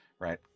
right